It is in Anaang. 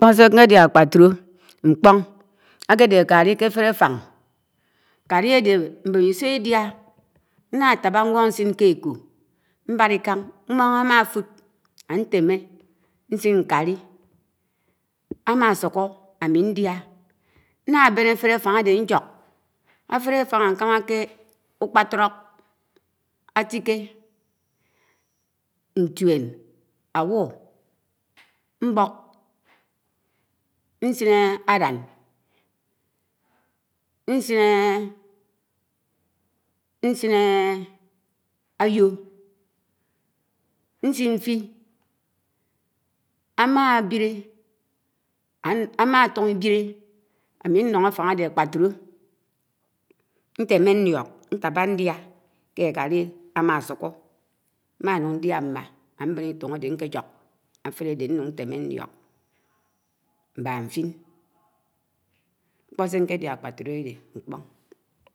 Ñkpo̱ s̄e ñkediə̃ ãkpatulo̱ ñkpo̱n ãkèdé ñkali ké ãfele āfàṉg, ñkalī āde, m̃bem̃iso̱ ẽdia, ña tãbã nwo̱n ñsin kẽ eko̱, m̃baḻa ikãn, mmo̱n ãmãfũd ãtem̄e, ñsin nkalí, ãmas̄uko̱ ami ndia̱ nna ben afele afang a̱de ñjuk, ãfelé afang ákam̃ake ukpatro̱k, mtike, ntuen, áwó m̃bo̱k, ñsin ãlan, ñsin àyo̱h ñsin ñfi, àmatùho̱ ībiké ãmmi nño̱ ãfang a̱de ãkpatũlo̱ ñtem̃e ñliok, ñtaba ñdia ke ãkalu àmasuko, m̃ma ñun ñdia mm̃a, ãben ītun ãde ñkejo̱k ãfele ãde ñun ñteme n̄lio̱k ñbak ñfin ñkpo̱. sẽ ñkedia̱ ãkpatu̱lo̱ ñkpo̱.